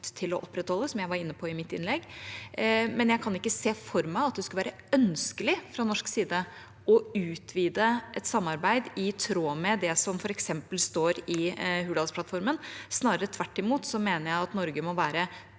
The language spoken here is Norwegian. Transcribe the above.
til å opprettholde, som jeg var inne på i mitt innlegg. Jeg kan ikke se for meg at det skulle være ønskelig fra norsk side å utvide et samarbeid i tråd med det som f.eks. står i Hurdalsplattformen. Snarere tvert imot mener jeg at Norge må være